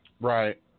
Right